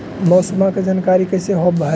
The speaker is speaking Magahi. मौसमा के जानकारी कैसे होब है?